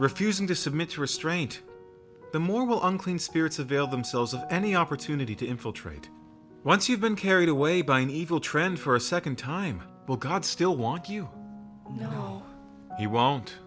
refusing to submit to restraint the more will unclean spirits avail themselves of any opportunity to infiltrate once you've been carried away by an evil trend for a second time will god still want you he won't